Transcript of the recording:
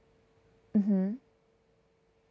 mm hmm